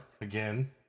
again